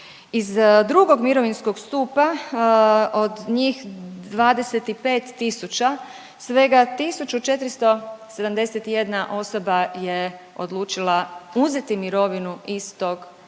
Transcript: Iz II. mirovinskog stupa od njih 25 tisuća svega 1471 osoba je odlučila uzeti mirovinu iz tog II.